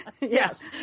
Yes